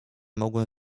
mogłem